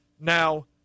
Now